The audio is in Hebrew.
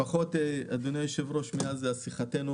לפחות, אדוני היושב-ראש, מאז שיחתנו